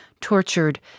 tortured